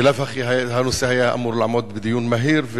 בלאו הכי הנושא היה אמור לעמוד בדיון מהיר,